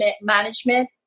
management